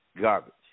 garbage